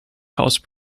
house